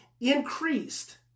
increased